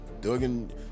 Duggan